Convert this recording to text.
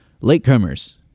Latecomers